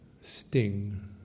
sting